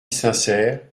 sincère